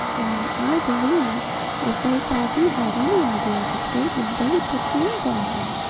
why, i believe if they thought he had any idea of escaping they would put chains on him.